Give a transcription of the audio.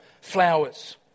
flowers